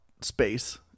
space